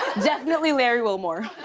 definitely larry wilmore.